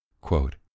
quote